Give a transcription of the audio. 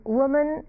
woman